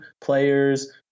players